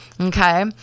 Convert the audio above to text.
okay